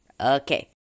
Okay